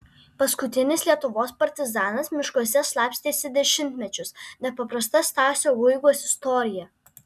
paskutinis lietuvos partizanas miškuose slapstėsi dešimtmečius nepaprasta stasio guigos istorija